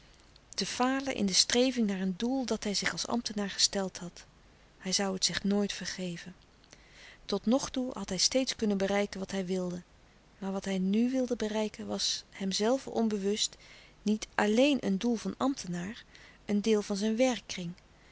te falen in de streving naar een doel dat hij zich als ambtenaar gesteld had hij zoû het zich nooit vergeven tot nog toe had hij steeds kunnen bereiken wat hij wilde maar wat hij nu wilde bereiken was hemzelven onbewust niet alléen een doel van ambtenaar een deel van zijn werkkring